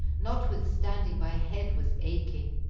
notwithstanding my head was aching.